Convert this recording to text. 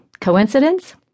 Coincidence